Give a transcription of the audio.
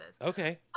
Okay